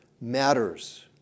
matters